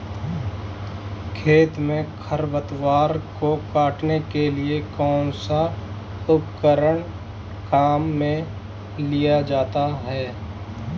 खेत में खरपतवार को काटने के लिए कौनसा उपकरण काम में लिया जाता है?